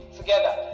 together